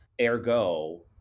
Ergo